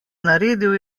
naredil